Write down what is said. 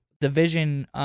Division